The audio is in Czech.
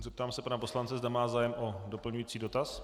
Zeptám se pana poslance, zda má zájem o doplňující dotaz.